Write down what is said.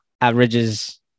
Averages